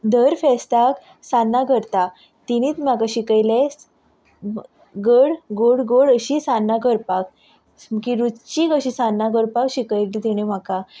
दर फेस्ताक सान्नां करता तिणीत म्हाका शिकयलें गड गोड गोड अशीं सान्नां करपाक सामकी रुच्चीक अशी सान्नां करपाक शिकयलें तिणे म्हाका